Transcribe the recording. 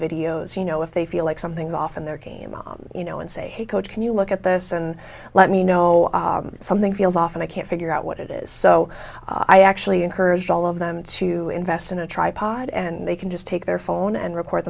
videos you know if they feel like something's off in their game you know and say hey coach can you look at this and let me know something feels off and i can't figure out what it is so i actually encouraged all of them to invest in a tripod and they can just take their phone and record